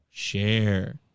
share